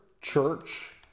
church